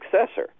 successor